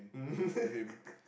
mm